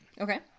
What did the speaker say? Okay